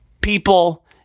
people